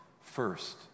First